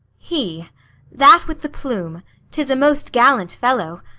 he that with the plume tis a most gallant fellow.